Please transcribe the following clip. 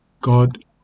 God